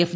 F